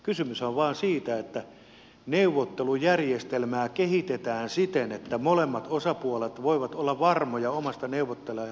kysymyshän on vain siitä että neuvottelujärjestelmää kehitetään siten että molemmat osapuolet voivat olla varmoja omasta neuvottelija asemastaan